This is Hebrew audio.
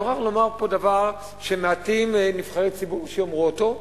אני מוכרח לומר פה דבר שמעטים נבחרי הציבור שיאמרו אותו: